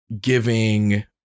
giving